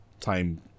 time